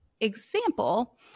example